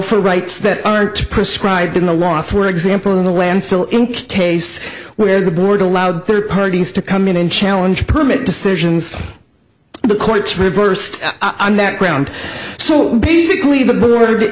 for rights that are to prescribed in the law for example in the landfill in case where the board allowed third parties to come in and challenge permit decisions the courts reversed on that ground so basically the board